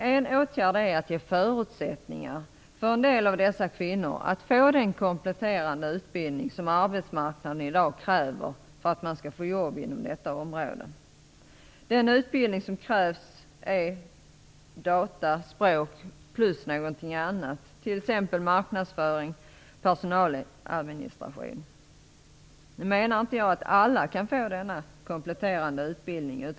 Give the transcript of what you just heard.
En åtgärd är att ge förutsättningar för en del av dessa kvinnor att få den kompletterande utbildning som arbetsmarknaden i dag kräver för att man skall få jobb inom detta område. Den utbildning som krävs är utbildning i data, språk plus någonting annat, t.ex. utbildning i marknadsföring och personaladministration. Nu menar jag inte att alla skall få denna kompletterande utbildning.